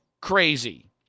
crazy